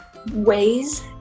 ways